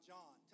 John